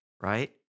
right